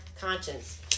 conscience